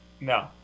No